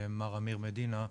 מר אמיר מדינה,